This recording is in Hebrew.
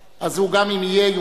אם הוא יהיה הוא יוכל לדבר.